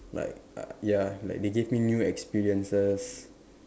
like uh ya like they gave me new experiences